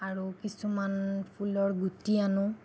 আৰু কিছুমান ফুলৰ গুটি আনো